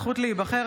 הזכות להיבחר),